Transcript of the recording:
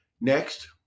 Next